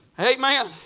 Amen